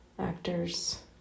actors